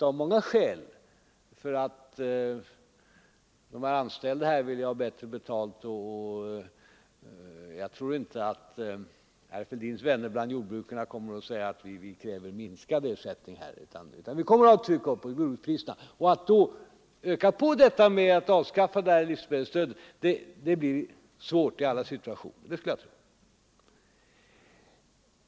De anställda på detta område vill ju ha bättre betalt, och jag tror inte att herr Fälldins vänner bland jordbrukarna kommer att säga att de kräver minskad ersättning, utan vi kommer att ha ett tryck uppåt på jordbrukspriserna. Att då öka på detta genom att avskaffa livsmedelsstödet blir svårt i alla situationer — det skulle jag tro.